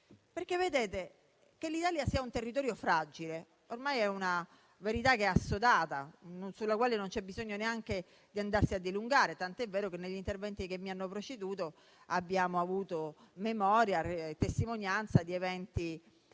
Infatti, che l'Italia sia un territorio fragile ormai è una verità assodata, sulla quale non c'è neanche bisogno di andarsi a dilungare, tant'è vero che negli interventi che mi hanno preceduto abbiamo avuto memoria e testimonianza di terremoti